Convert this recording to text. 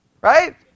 Right